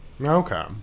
Okay